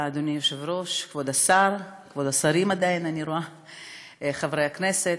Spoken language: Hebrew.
תודה, אדוני היושב-ראש, כבוד השרים, חברי הכנסת,